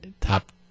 top